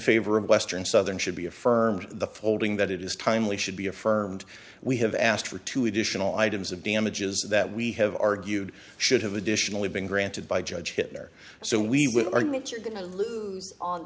favor of western southern should be affirmed the holding that it is timely should be affirmed we have asked for two additional items of damages that we have argued should have additionally been granted by judge hitler so we would argue that you're going to lose